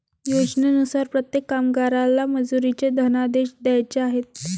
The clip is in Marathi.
योजनेनुसार प्रत्येक कामगाराला मजुरीचे धनादेश द्यायचे आहेत